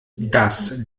dass